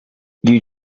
you